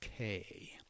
okay